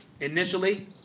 Initially